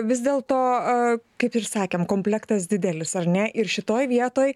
vis dėlto kaip ir sakėm komplektas didelis ar ne ir šitoj vietoj